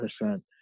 percent